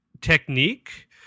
technique